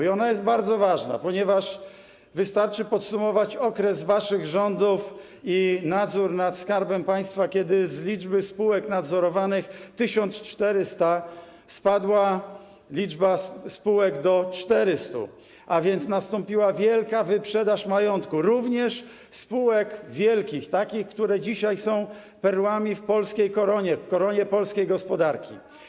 I ona jest bardzo ważna, ponieważ wystarczy podsumować okres waszych rządów i nadzór nad Skarbem Państwa, kiedy z liczby spółek nadzorowanych 1400 spadła ta liczba spółek do 400, a więc nastąpiła wielka wyprzedaż majątku, również spółek wielkich, takich, które dzisiaj są perłami w polskiej koronie, w koronie polskiej gospodarki.